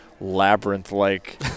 labyrinth-like